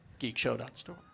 geekshow.store